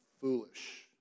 foolish